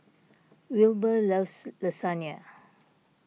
Wilber loves Lasagne